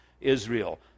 Israel